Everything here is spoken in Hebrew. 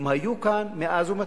הם היו כאן מאז ומתמיד,